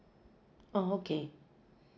oh okay